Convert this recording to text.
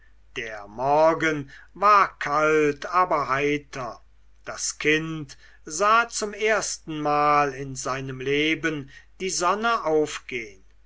der morgen war kalt aber heiter das kind sah zum erstenmal in seinem leben die sonne aufgehn